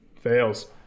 Fails